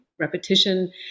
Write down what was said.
repetition